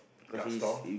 drug store